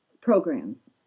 programs